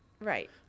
Right